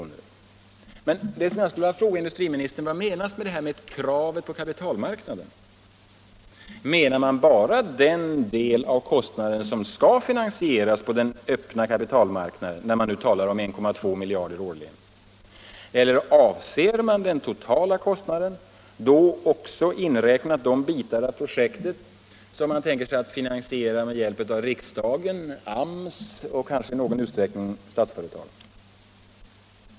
Men jag skulle vilja fråga industriministern vad som menas med ”kravet på kapitalmarknaden”? Menar man bara den del av kostnaden som skall finansieras på den öppna kapitalmarknaden när man talar om 1,2 miljarder kronor årligen? Eller avser man den totala kostnaden, då också inräknats de bitar av projektet som man tänker sig finansiera med hjälp av riksdagen, AMS och i någon utsträckning Statsföretag?